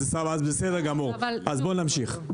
אז בסדר גמור, אז בואו נמשיך.